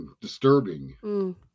disturbing